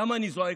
למה אני זועק?